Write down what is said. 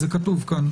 זה כתוב פה.